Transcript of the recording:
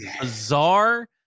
bizarre